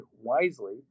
wisely